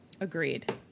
Agreed